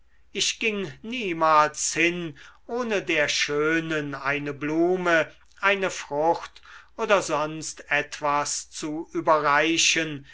ich ging niemals hin ohne der schönen eine blume eine frucht oder sonst etwas zu überreichen